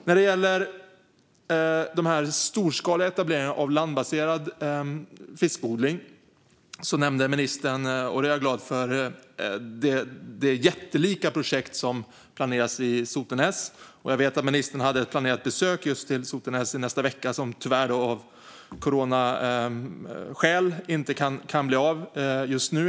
När det gäller den storskaliga etableringen av landbaserad fiskodling nämnde ministern, vilket jag är glad för, det jättelika projekt som planeras i Sotenäs. Jag vet att ministern hade planerat ett besök dit nästa vecka men att det tyvärr av coronaskäl inte kan bli av, i alla fall inte just nu.